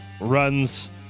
runs